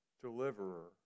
deliverer